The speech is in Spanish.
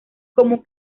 común